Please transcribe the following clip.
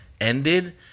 ended